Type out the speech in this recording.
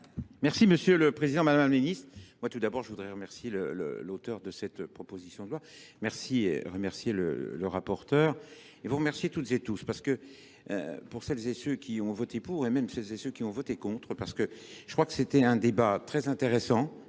Merci Monsieur le Président, Madame la Ministre. Moi, tout d'abord, je voudrais remercier l'auteur de cette proposition de loi. Merci et remercier le rapporteur. Et vous remercier toutes et tous, parce que pour celles et ceux qui ont voté pour et même celles et ceux qui ont voté contre, Je crois que c'était un débat très intéressant